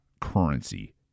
currency